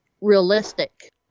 realistic